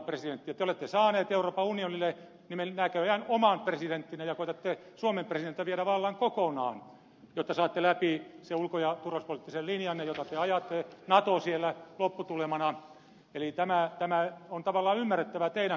te olette saaneet euroopan unionille näköjään oman presidenttinne ja koetatte suomen presidentiltä viedä vallan kokonaan jotta saatte läpi sen ulko ja turvallisuuspoliittisen linjanne jota te ajatte nato siellä lopputulemana eli tämä on tavallaan ymmärrettävää teidän kannaltanne